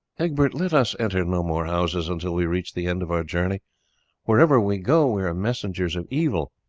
egbert, let us enter no more houses until we reach the end of our journey wherever we go we are messengers of evil,